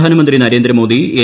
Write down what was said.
പ്രധാ നമന്ത്രി നരേന്ദ്രമോദി എൻ